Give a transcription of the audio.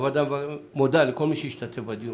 הוועדה מודה לכל מי שהשתתף בדיון,